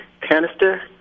canister